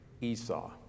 Esau